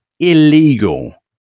illegal